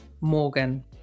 Morgan